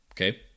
okay